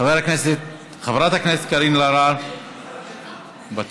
חברת הכנסת קארין אלהרר, מוותרת,